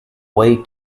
way